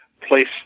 place